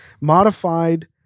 modified